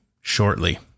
shortly